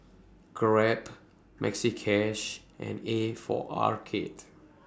Grab Maxi Cash and A For Arcade